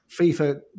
FIFA